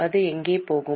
அது எங்கே போகும்